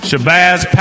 Shabazz